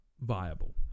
viable